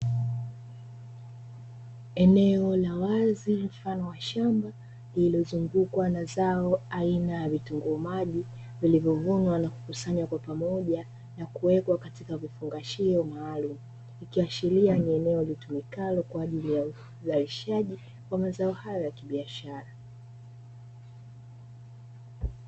Eneo la wazi mfano wa shamba, lililozungukwa na zao aina ya vitunguu maji vilivyovunwa na kukusanywa pamoja na kuwekwa katika vifungashio maalumu, ikiashiria ni eneo litumikalo kwa ajili ya uzalisha wa mazao hayo ya kibiashara.